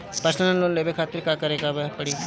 Personal loan लेवे खातिर का करे के पड़ी?